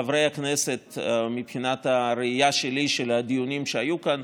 חברי הכנסת מבחינת הראייה שלי של הדיונים שהיו כאן,